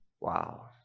Wow